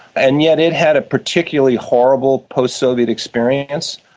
and yet it had a particularly horrible post-soviet experience,